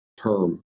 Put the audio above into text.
term